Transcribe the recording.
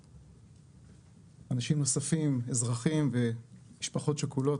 אנשים נוספים, אזרחים ומשפחות שכולות,